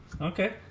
Okay